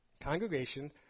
congregation